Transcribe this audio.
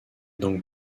donc